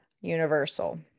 Universal